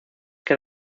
que